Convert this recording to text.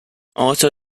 also